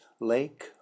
lake